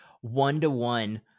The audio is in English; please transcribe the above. one-to-one